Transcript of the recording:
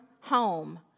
home